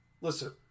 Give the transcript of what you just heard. Listen